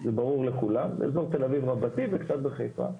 זה ברור לכולם, באזור תל אביב רבתי וקצת בחיפה.